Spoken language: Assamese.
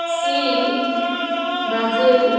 চীন ব্ৰাজিল